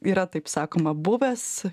yra taip sakoma buvęs